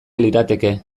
lirateke